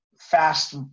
fast